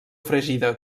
fregida